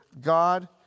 God